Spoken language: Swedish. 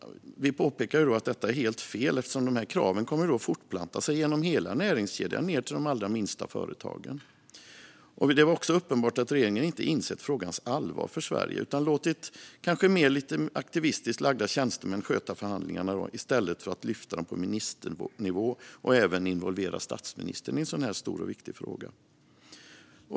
Vi påpekade att det är helt fel, eftersom kraven kommer att fortplanta sig genom hela näringskedjan ned till de minsta företagen. Det var också uppenbart att regeringen inte hade insett frågans allvar för Sverige utan låtit mer aktivistiskt lagda tjänstemän sköta förhandlingarna i stället för att lyfta upp dem på ministernivå och även involvera statsministern.